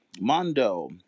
Mondo